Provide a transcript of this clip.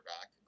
back